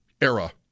era